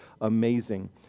amazing